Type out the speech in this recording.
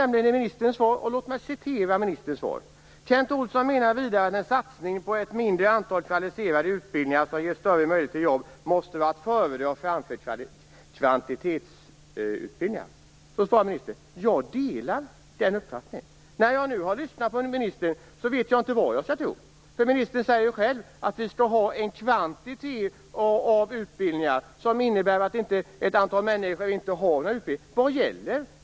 Ministern säger i sitt svar: "Kent Olsson menar vidare en satsning på ett mindre antal kvalificerade utbildningar som ger större möjligheter till jobb måste vara att föredra framför kvantitetsutbildningar." Jag delar den uppfattningen. När jag nu lyssnar på ministern vet jag inte vad jag skall tro. Hon säger att man skall ha en kvantitet när det gäller utbildningar. Vad är det som gäller?